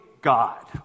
God